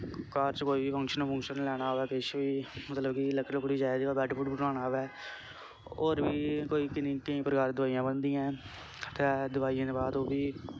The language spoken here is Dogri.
घर च कोई बी फंक्शन फुंक्शन लैना होऐ किश बी मतलब कि लकड़ी लुकड़ी चाहिदी होऐ बैड बुड बनाना होऐ होर बी कोई किन्नी केईं प्रकार दी दवाइयां बनदियां ऐ ते दवाइयें दे बाद ओह् बी